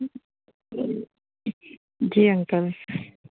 जी uncle